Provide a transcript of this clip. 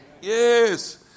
Yes